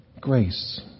grace